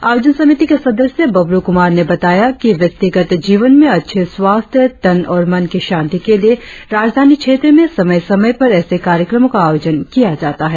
आयोजन समिति के सदस्य बबलू कुमार ने बताया कि व्यक्तिगत जीवन में अच्छे स्वास्थ्य तन और मन की शांति के लिए राजधानी क्षेत्र में समय समय पर ऐसे कार्यक्रमों का आयोजन किया जाता है